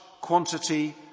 quantity